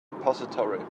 repository